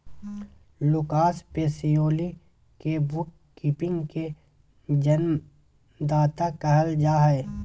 Lucas Pacioli के bookkeeping के जन्मदाता कहल जा हइ